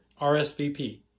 RSVP